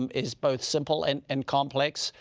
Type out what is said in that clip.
um is both simple and and complex.